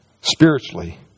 spiritually